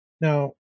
Now